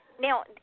Now